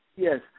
Yes